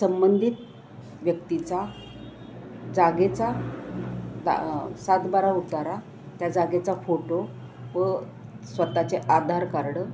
संबंधित व्यक्तीचा जागेचा ता सातबारा उतारा त्या जागेचा फोटो व स्वताःचे आधार कार्ड